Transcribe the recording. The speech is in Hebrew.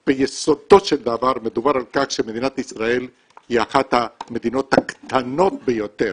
ביסודו של דבר מדובר על כך שמדינת ישראל היא אחת המדינות הקטנות ביותר